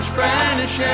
Spanish